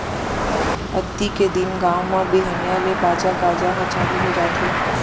अक्ती के दिन गाँव म बिहनिया ले बाजा गाजा ह चालू हो जाथे